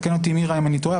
תתקן אותי מירה אם אני טועה,